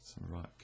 right